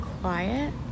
quiet